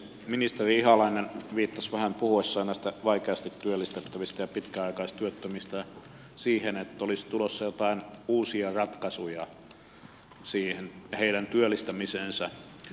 ministeri ihalainen vähän viittasi puhuessaan vaikeasti työllistettävistä ja pitkäaikaistyöttömistä siihen että olisi tulossa joitain uusia ratkaisuja heidän työllistämiseensä